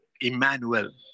Emmanuel